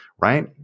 Right